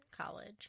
college